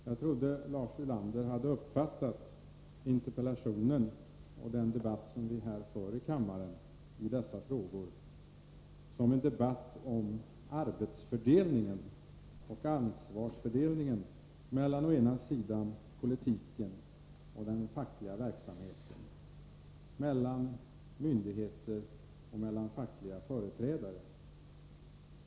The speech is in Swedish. Jag trodde att Lars Ulander hade uppfattat den debatt som vi för här i kammaren med anledning av min interpellation som en debatt om arbetsfördelningen och ansvarsfördelningen å ena sidan mellan politiken och den fackliga verksamheten, å andra sidan mellan myndigheter och fackliga företrädare.